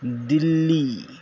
Delhi